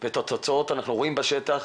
ואת התוצאות אנחנו רואים בשטח.